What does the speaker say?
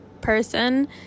person